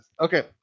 Okay